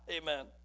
Amen